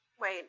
Wait